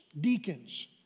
deacons